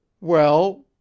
Well